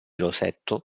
rosetto